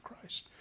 Christ